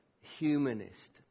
humanist